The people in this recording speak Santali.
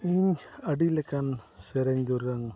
ᱤᱧ ᱟᱹᱰᱤ ᱞᱮᱠᱟᱱ ᱥᱮᱨᱮᱧ ᱫᱩᱨᱟᱹᱝ